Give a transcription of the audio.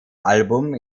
album